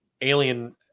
alien